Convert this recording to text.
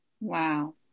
wow